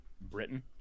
Britain